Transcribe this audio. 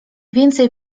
więcej